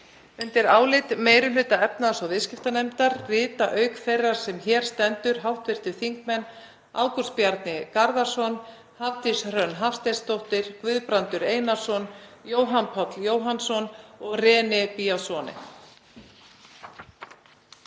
Undir álit meiri hluta efnahags- og viðskiptanefndar rita, auk þeirrar sem hér stendur, hv. þingmenn Ágúst Bjarni Garðarsson, Hafdís Hrönn Hafsteinsdóttir, Guðbrandur Einarsson, Jóhann Páll Jóhannsson og René Biasone.